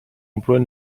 emplois